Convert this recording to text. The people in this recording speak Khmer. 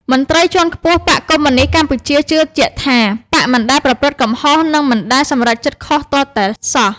មន្ត្រីជាន់ខ្ពស់បក្សកុម្មុយនីស្តកម្ពុជាជឿជាក់ថា បក្សមិនដែលប្រព្រឹត្តកំហុសនិងមិនដែលសម្រេចចិត្តខុសទាល់តែសោះ។